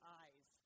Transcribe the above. eyes